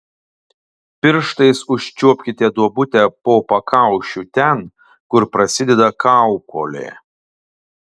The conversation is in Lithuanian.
pirštais užčiuopkite duobutę po pakaušiu ten kur prasideda kaukolė